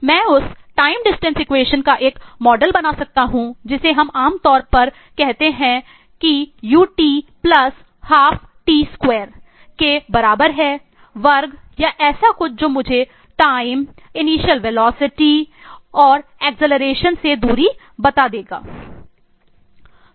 मैं उस time distance equation से दूरी बताएगा